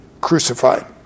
crucified